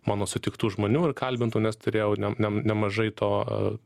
mano sutiktų žmonių ir kalbintų nes turėjau ne ne nemažai to